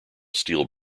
steel